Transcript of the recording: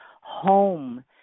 home